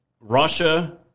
Russia